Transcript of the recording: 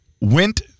went